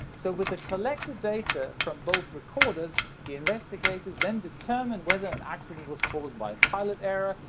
so with the collected data from both recorders the investigators then determine whether an accident was caused by pilot error,